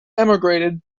emigrated